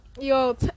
Yo